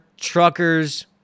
truckers